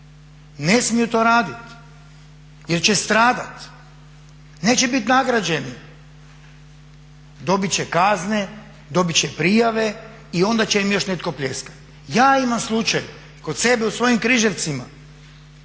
ne smiju to raditi jer će stradat, neće biti nagrađeni, dobit će kazne, dobit će prijave i onda će im još netko pljeskati. Ja imam slučaj kod sebe u svojim Križevcima